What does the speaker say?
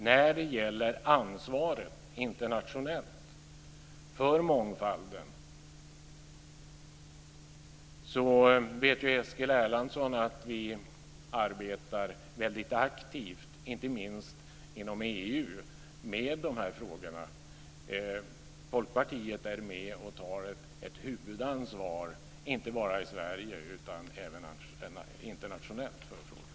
När det gäller det internationella ansvaret för mångfalden vet Eskil Erlandsson att vi arbetar väldigt aktivt med dessa frågor, inte minst inom EU. Folkpartiet är med och tar ett huvudansvar, inte bara i Sverige utan även internationellt, för frågorna.